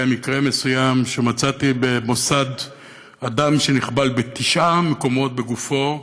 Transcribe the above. היה מקרה מסוים שמצאתי במוסד אדם שנחבל בתשעה מקומות בגופו,